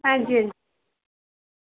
हां जी